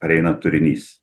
pareina turinys